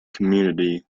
community